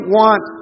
want